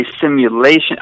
simulation